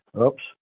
Oops